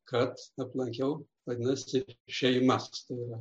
kad aplankiau vadinasi šeimas tai yra